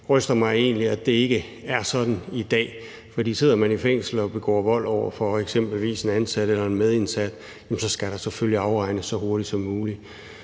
ryster mig egentlig, at det ikke er sådan i dag. For sidder man i fængsel og begår vold over for eksempelvis en ansat eller en medindsat, skal der selvfølgelig afregnes så hurtigt som muligt.